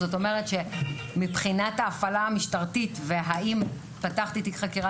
זאת אומרת שמבחינת ההפעלה המשטרתית והאם פתחתי תיק חקירה,